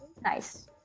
nice